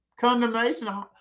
Condemnation